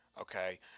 Okay